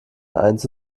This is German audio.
eins